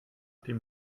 dem